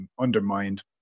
undermined